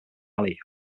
alley